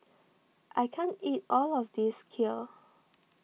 I can't eat all of this Kheer